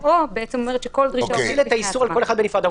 "או" אומר שכל דרישה עומדת בפני עצמה.